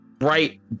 right